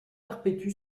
perpétue